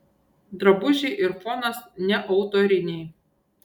drabužiai ir fonas neautoriniai